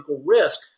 risk